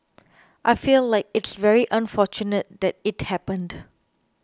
I feel like it's very unfortunate that it happened